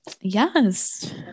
Yes